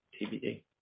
TBD